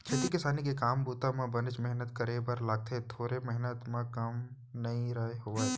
खेती किसानी के काम बूता म बनेच मेहनत करे बर लागथे थोरे मेहनत म काम ह नइ होवय